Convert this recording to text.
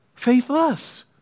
faithless